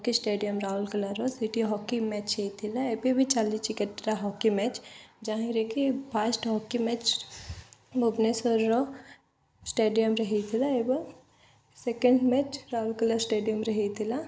hockey stadium ରାଉଲ କଲାର ସେଟି ହକି ମ୍ୟାଚ୍ ହୋଇଥିଲା ଏବେ ବି ଚାଲି ଚିକେଟ୍ ହକି ମ୍ୟାଚ୍ ଯାହିଁରେକି ଫାଷ୍ଟ ହକି ମ୍ୟାଚ୍ ଭୁବନେଶ୍ୱରର ଷ୍ଟାଡ଼ିୟମରେ ହୋଇଥିଲା ଏବଂ ସେକେଣ୍ଡ ମ୍ୟାଚ୍ ରାଉରକେଲାର ଷ୍ଟାଡ଼ିୟମରେ ହେଇଥିଲା